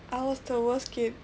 I was the worst kid